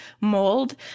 mold